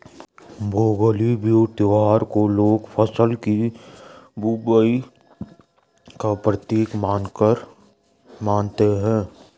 भोगाली बिहू त्योहार को लोग फ़सल की बुबाई का प्रतीक मानकर मानते हैं